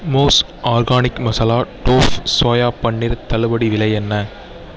mousse organic masala tofu soya paneer தள்ளுபடி விலை என்ன